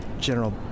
general